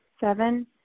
Seven